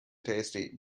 tasty